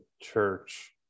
church